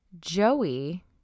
joey